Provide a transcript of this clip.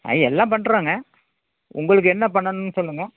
ஐ எல்லா பண்ணுறோங்க உங்களுக்கு என்ன பண்ணணுன்னு சொல்லுங்க